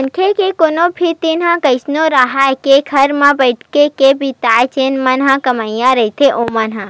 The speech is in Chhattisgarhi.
मनखे के कोनो भी दिन ह अइसे नइ राहय के घर म बइठ के बितावय जेन मन ह कमइया रहिथे ओमन ह